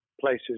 places